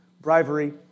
bribery